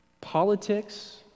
Politics